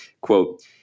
quote